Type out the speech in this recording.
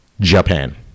Japan